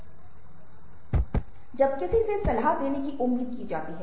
भावनाओं का अनुभव बहुत बार होता है जिसे संक्रामक के रूप में जाना जाता है